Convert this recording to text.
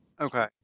Okay